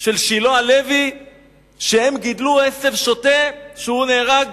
של שילה לוי שהם גידלו עשב שוטה כשהוא נהרג